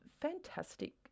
fantastic